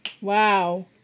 Wow